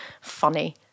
funny